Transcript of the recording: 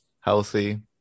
healthy